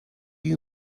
you